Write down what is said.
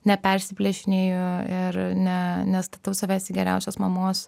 nepersiplėšinėju ir ne nestatau savęs į geriausios mamos